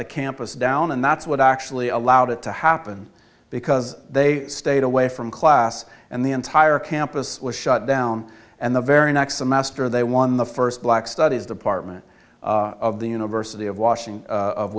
the campus down and that's what actually allowed it to happen because they stayed away from class and the entire campus was shut down and the very next semester they won the first black studies department of the university of washington of